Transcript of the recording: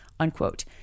Unquote